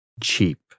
cheap